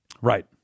Right